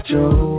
Joe